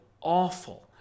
awful